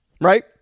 Right